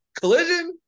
Collision